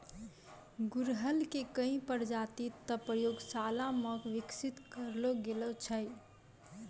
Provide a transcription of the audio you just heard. गुड़हल के कई प्रजाति तॅ प्रयोगशाला मॅ विकसित करलो गेलो छै